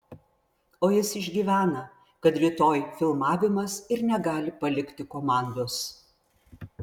o jis išgyvena kad rytoj filmavimas ir negali palikti komandos